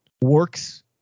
works